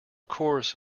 course